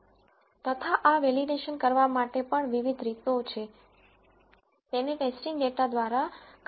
તથા આ વેલિડેશન કરવા માટે પણ વિવિધ રીતો છે તેને ટેસ્ટિંગ ડેટા દ્વારા કરી શકાશે